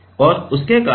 और उसके कारण